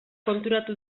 konturatu